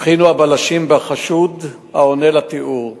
הבחינו הבלשים בחשוד העונה לתיאור.